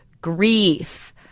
grief